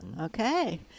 Okay